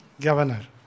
governor